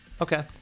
Okay